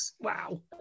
Wow